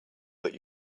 that